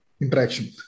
interaction